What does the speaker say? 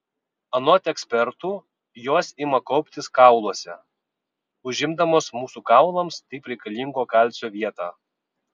anot ekspertų jos ima kauptis kauluose užimdamos mūsų kaulams taip reikalingo kalcio vietą